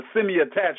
semi-attached